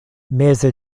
meze